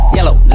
Yellow